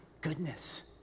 goodness